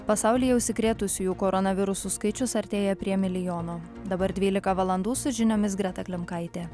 pasaulyje užsikrėtusiųjų koronavirusu skaičius artėja prie milijono dabar dvylika valandų su žiniomis greta klimkaitė